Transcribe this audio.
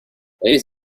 ladies